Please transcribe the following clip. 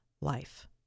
life